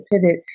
pivot